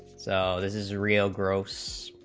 so this is a real gross